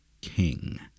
King